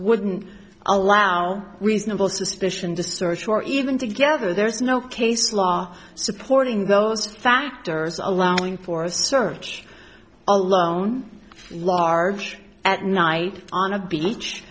wouldn't allow reasonable suspicion to search or even together there's no case law are supporting those factors allowing for search alone large at night on a be